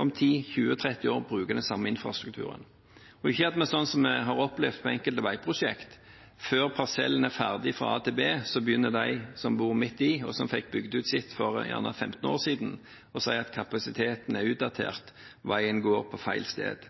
om 10, 20 og 30 år bruker den samme infrastrukturen, så vi ikke opplever, som vi har opplevd med enkelte veiprosjekter, at før parsellen er ferdig fra A til B, begynner de som bor midt i, og som fikk bygd ut sin del for kanskje 15 år siden, å si at kapasiteten er utdatert og at veien går på feil sted.